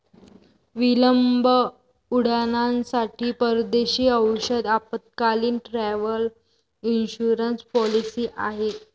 विलंब उड्डाणांसाठी परदेशी औषध आपत्कालीन, ट्रॅव्हल इन्शुरन्स पॉलिसी आहे